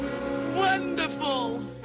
Wonderful